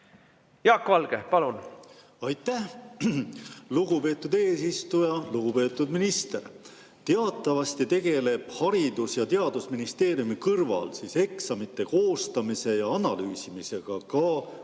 Jaak Valge, palun! Aitäh, lugupeetud eesistuja! Lugupeetud minister! Teatavasti tegeleb Haridus‑ ja Teadusministeeriumi kõrval eksamite koostamise ja analüüsimisega ka